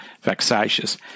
vexatious